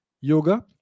Yoga